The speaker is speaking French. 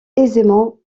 aisément